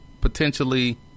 potentially